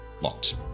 locked